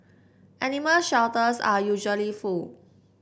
animal shelters are usually full